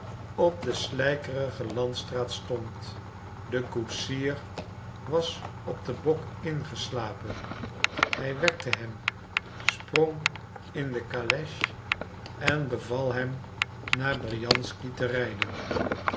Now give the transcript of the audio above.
op de slijkerige landstraat stond de koetsier was op den bok ingeslapen hij wekte hem sprong in de kales en beval hem naar briansky te rijden